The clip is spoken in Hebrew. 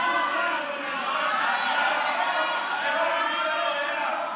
נקווה שתישאר לנו איזה פיסה בים.